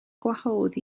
gwahodd